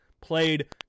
played